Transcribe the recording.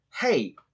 hey